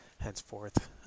henceforth